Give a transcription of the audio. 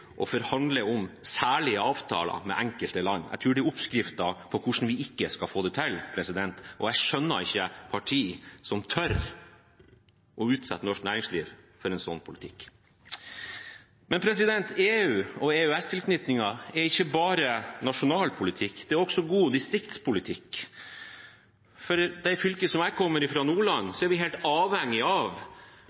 og forhandle om særlige avtaler med enkelte land. Jeg tror dét er oppskriften på hvordan vi ikke skal få det til, og jeg skjønner ikke partier som tør å utsette norsk næringsliv for en slik politikk. Men EU og EØS-tilknytningen er ikke bare nasjonalpolitikk; det er også god distriktspolitikk. I det fylket som jeg kommer fra, Nordland, er vi helt avhengig av